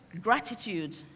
gratitude